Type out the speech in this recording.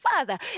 Father